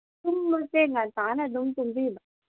ꯇꯨꯝꯕꯁꯦ ꯉꯟꯇꯥꯅ ꯑꯗꯨꯝ ꯇꯨꯝꯕꯤꯌꯨ